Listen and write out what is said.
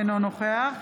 אינו נוכח